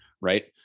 Right